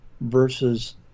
versus